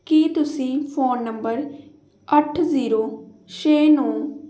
ਕੀ ਤੁਸੀਂ phone number ਅੱਠ zero ਛੇ ਨੌਂ